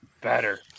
better